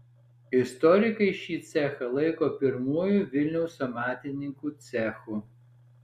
istorikai šį cechą laiko pirmuoju vilniaus amatininkų cechu